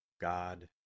God